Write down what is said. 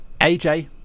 AJ